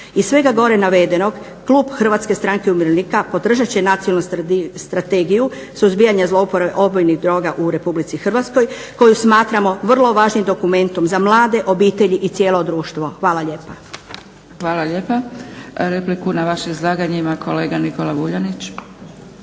Iz svega gore navedenog, klub HSU-a podržat će nacionalnu strategiju suzbijanja zlouporabe opojnih droga u RH koju smatramo vrlo važnim dokumentom za mlade, obitelji i cijelo društvo. Hvala lijepo. **Zgrebec, Dragica (SDP)** Hvala lijepa. Repliku na vaše izlaganje ima kolega Nikola Vuljanić.